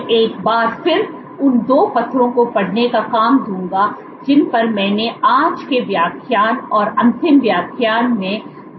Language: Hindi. मैं एक बार फिर उन 2 पत्रों को पढ़ने का काम दूंगा जिन पर मैंने आज के व्याख्यान और अंतिम व्याख्यान के दौरान चर्चा की